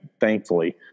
thankfully